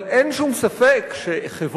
אבל אין שום ספק שחברון,